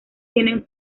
tienen